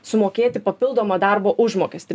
sumokėti papildomą darbo užmokestį